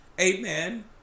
amen